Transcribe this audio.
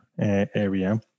area